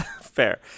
fair